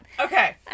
Okay